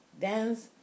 dance